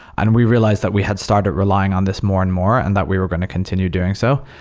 and we realized that we had started relying on this more and more and that we were going to continue doing so.